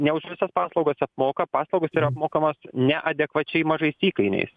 ne už visas paslaugas apmoka paslaugos yra apmokamos neadekvačiai mažais įkainiais